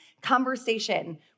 conversation